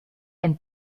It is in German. ein